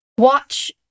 Watch